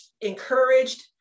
encouraged